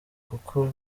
kuko